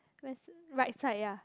where is right side ya